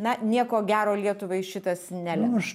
na nieko gero lietuvai šitas nelemia